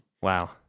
Wow